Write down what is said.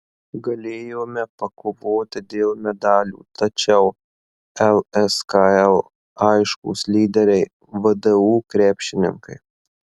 galėjome pakovoti dėl medalių tačiau lskl aiškūs lyderiai vdu krepšininkai